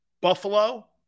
Buffalo